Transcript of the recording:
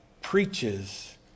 preaches